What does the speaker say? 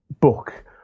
book